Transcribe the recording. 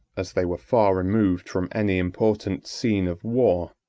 as they were far removed from any important scene of war,